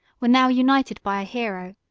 were now united by a hero,